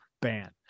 ban